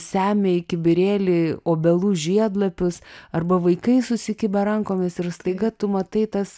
semia į kibirėlį obelų žiedlapius arba vaikai susikibę rankomis ir staiga tu matai tas